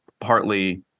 partly